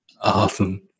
Awesome